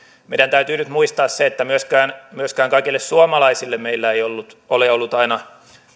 meidän täytyy nyt muistaa se että myöskään myöskään kaikille suomalaisille meillä ei ole ollut aina